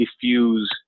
diffuse